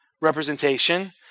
representation